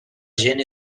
gent